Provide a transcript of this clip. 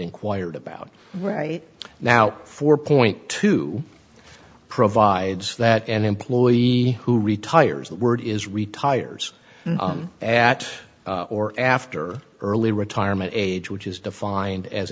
inquired about right now four point two provides that an employee who retires that word is retires at or after early retirement age which is defined as